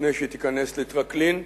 לפני שתיכנס לטרקלין.